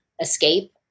escape